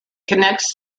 connects